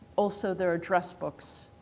also their address books,